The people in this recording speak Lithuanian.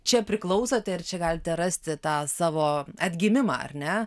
čia priklausote ir čia galite rasti tą savo atgimimą ar ne